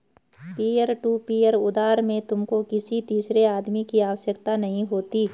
peer to peer उधार में तुमको किसी तीसरे आदमी की आवश्यकता नहीं होती